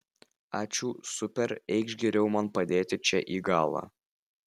ačiū super eikš geriau man padėti čia į galą